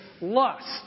lust